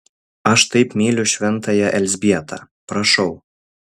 aš taip myliu šventąją elzbietą prašau